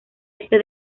este